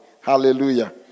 Hallelujah